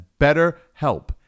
betterhelp